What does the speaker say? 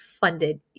funded